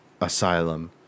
asylum